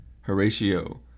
Horatio